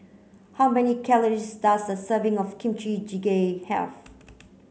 how many calories does a serving of Kimchi Jjigae have